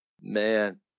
Man